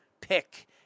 pick